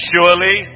Surely